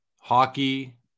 hockey